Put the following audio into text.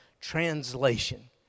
translation